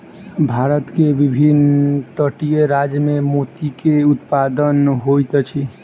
भारत के विभिन्न तटीय राज्य में मोती के उत्पादन होइत अछि